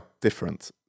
different